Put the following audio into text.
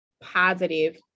positive